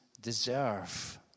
deserve